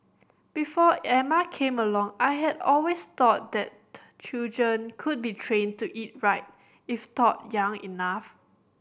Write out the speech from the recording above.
before Emma came along I had always thought that children could be trained to eat right if taught young enough